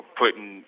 putting